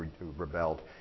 rebelled